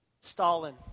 Stalin